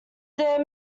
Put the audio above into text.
there